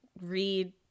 read